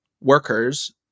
Workers